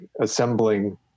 assembling